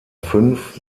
fünf